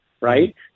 right